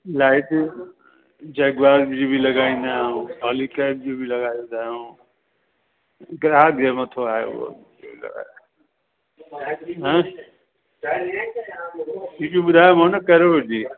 light Jaguar जी बि लॻाईंदा आहियूं हॉलीकेट जी बि लॻाईंदा आहियूं ग्राहक जे मथां आहे उहो जेको आहे हं सी वी ॿुधायोमांव न केरोविट जी